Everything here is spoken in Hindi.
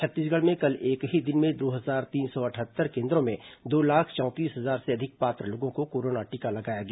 छत्तीसगढ़ में कल एक ही दिन में दो हजार तीन सौ अटहत्तर केन्द्रों में दो लाख चौंतीस हजार से अधिक पात्र लोगों को कोरोना टीका लगाया गया